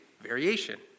Variation